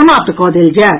समाप्त कऽ देल जायत